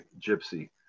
Gypsy